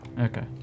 Okay